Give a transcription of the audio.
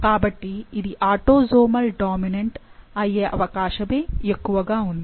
కాబట్టి ఇది autosomal dominant అయ్యే అవకాశమే ఎక్కువగా ఉంది